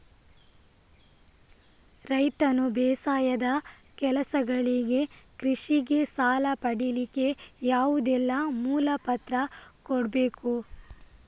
ರೈತನು ಬೇಸಾಯದ ಕೆಲಸಗಳಿಗೆ, ಕೃಷಿಗೆ ಸಾಲ ಪಡಿಲಿಕ್ಕೆ ಯಾವುದೆಲ್ಲ ಮೂಲ ಪತ್ರ ಕೊಡ್ಬೇಕು?